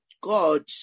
God